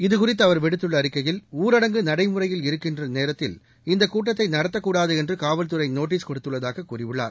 இதுகுறித்து அவர் விடுத்துள்ள அறிக்கையில் ஊரடங்கு நடைமுறையில் இருக்கின்ற நேரத்தில் இந்த கூட்டத்தை நடத்தக்கூடாது என்று காவல்துறை நோட்டஸ் கொடுத்துள்ளதாக கூறியுள்ளார்